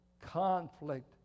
conflict